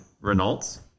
Renault's